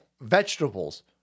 vegetables